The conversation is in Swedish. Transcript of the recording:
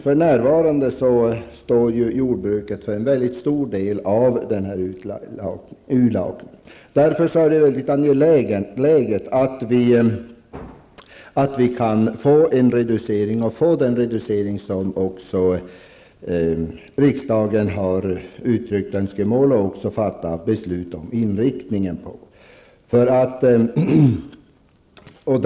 För närvarande står ju jordbruket för en mycket stor del av urlakningen. Därför är det angeläget att vi kan få den reducering som också riksdagen har uttryckt önskemål om, och fattat beslut om när det gäller inriktningen.